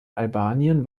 albanien